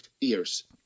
ears